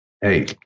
hey